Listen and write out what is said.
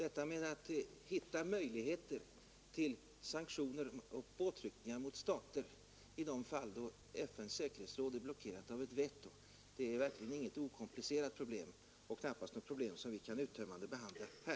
Att finna vägar till sanktioner och påtryckningar mot stater när FN:s säkerhetsråd är blockerat av ett veto är verkligen inget okomplicerat problem och knappast något problem som vi kan uttömmande behandla här.